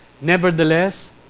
Nevertheless